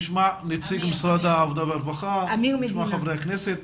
נשמע את נציג משרד העבודה והרווחה ואחר כך חברי כנסת.